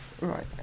Right